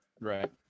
right